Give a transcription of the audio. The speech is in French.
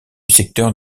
secteur